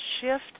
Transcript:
shift